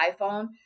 iPhone